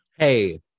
Hey